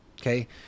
Okay